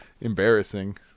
Embarrassing